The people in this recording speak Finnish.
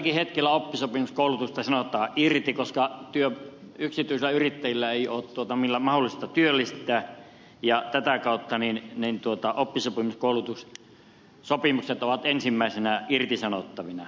tälläkin hetkellä oppisopimuskoulusta sanotaan irti koska yksityisillä yrittäjillä ei ole millään mahdollisuutta työllistää ja tätä kautta oppisopimuskoulutussopimukset ovat ensimmäisinä irtisanottavina